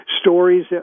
stories